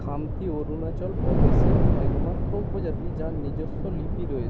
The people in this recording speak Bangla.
খামতি অরুণাচল প্রদেশের একমাত্র উপজাতি যার নিজস্ব লিপি রয়েছে